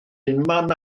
unman